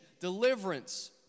deliverance